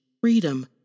freedom